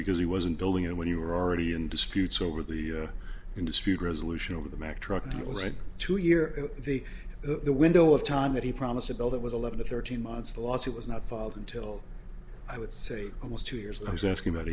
because he wasn't building and when you were already in disputes over the in dispute resolution over the mack truck to right two year the the window of time that he promised to build it was eleven to thirteen months the lawsuit was not filed until i would say it was two years i was asking about